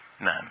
None